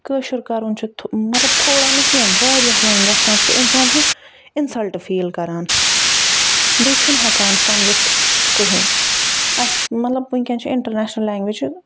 کٲشُر کَرُن چھِ تھو مطلب تھوڑا نہٕ کیٚنہہ واریاہ وۄنۍ گژھان سُہ اِنسان چھُ اِنٛسَلٹ فیٖل کران بیٚیہِ چھُنہٕ ہٮ۪کان سَمٛجِتھ کٕہۭنۍ اَسہِ مطلب وٕنۍکٮ۪ن چھِ اِنٛٹَرنیشنَل لیٚنگویج